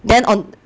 then on